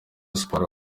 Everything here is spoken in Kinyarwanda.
sports